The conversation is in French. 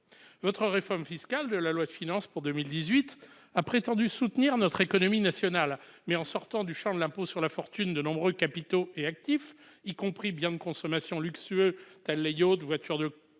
la réforme fiscale de la loi de finances pour 2018, vous avez prétendu soutenir notre économie nationale. Mais vous avez sorti du champ de l'impôt sur la fortune de nombreux capitaux et actifs, y compris des biens de consommation de luxe tels que yachts, voitures de